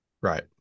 Right